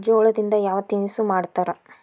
ಜೋಳದಿಂದ ಯಾವ ತಿನಸು ಮಾಡತಾರ?